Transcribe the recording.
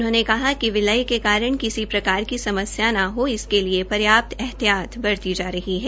उन्होंने कहा कि विलय के कारण किसी प्रकार की समस्या न हो इसके पर्यावरण एहतिहात बरती जा रही है